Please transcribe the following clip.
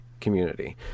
Community